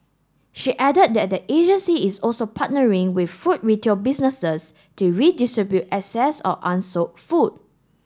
she added that the agency is also partnering with food retail businesses to redistribute excess or unsold food